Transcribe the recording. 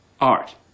Art